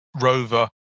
Rover